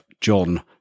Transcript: John